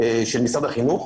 של משרד החינוך,